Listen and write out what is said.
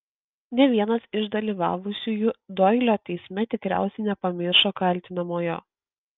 nė vienas iš dalyvavusiųjų doilio teisme tikriausiai nepamiršo kaltinamojo